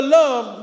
love